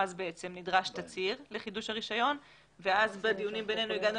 נדרש תצהיר לחידוש הרישיון ובדיונים בינינו הגענו